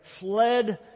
fled